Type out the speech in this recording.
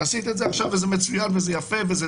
ועשית את זה עכשיו וזה מצוין וזה יפה וזה